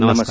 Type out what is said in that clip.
नमस्कार